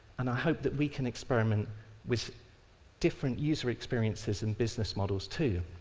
and i hope that we can experiment with different user experiences and business models too.